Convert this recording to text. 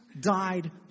died